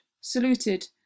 saluted